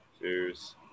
Cheers